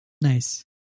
Nice